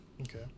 Okay